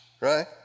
right